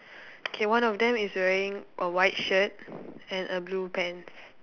k one of them is wearing a white shirt and a blue pants